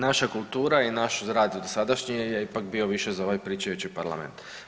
Naša kultura i naš rad dosadašnji je ipak bio više za ovaj pričajući parlament.